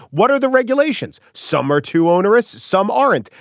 what are the regulations. some are too onerous some aren't.